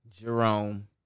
Jerome